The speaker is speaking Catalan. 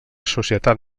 societat